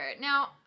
Now